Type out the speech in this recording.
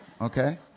okay